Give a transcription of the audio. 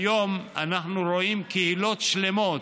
היום אנחנו רואים קהילות שלמות.